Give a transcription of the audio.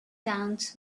towns